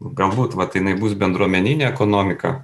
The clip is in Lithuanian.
galbūt vat jinai bus bendruomeninė ekonomika